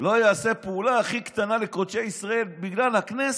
לא אעשה פעולה הכי קטנה לקודשי ישראל בגלל הכנסת?